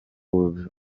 ubimazemo